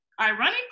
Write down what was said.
ironically